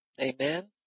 Amen